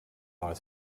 are